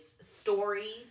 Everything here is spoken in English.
stories